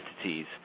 entities